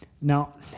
Now